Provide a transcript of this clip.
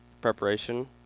Preparation